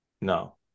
no